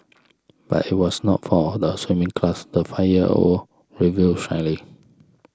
but it was not for the swimming class the five year old revealed shyly